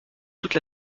toute